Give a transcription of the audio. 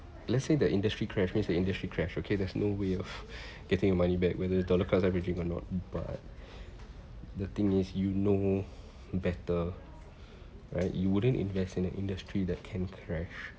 let's say the industry crash means the industry crash okay there's no way of getting money back whether the dollar cost averaging or not but the thing is you know better right you wouldn't invest in an industry that can crash